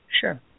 Sure